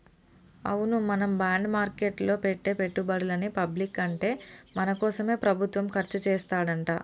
అవును మనం బాండ్ మార్కెట్లో పెట్టే పెట్టుబడులని పబ్లిక్ అంటే మన కోసమే ప్రభుత్వం ఖర్చు చేస్తాడంట